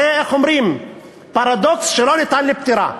זה, איך אומרים, פרדוקס שלא ניתן לפתירה.